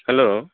hello